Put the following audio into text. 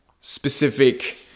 specific